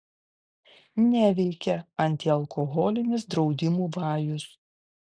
neveikia antialkoholinis draudimų vajus